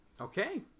Okay